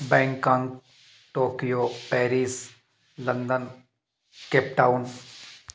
Bangkok Tokyo Paris London Cape Town